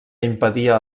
impedia